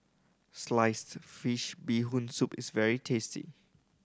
sliced fish Bee Hoon Soup is very tasty